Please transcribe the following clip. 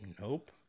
Nope